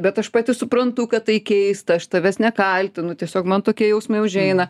bet aš pati suprantu kad tai keista aš tavęs nekaltinu tiesiog man tokie jausmai užeina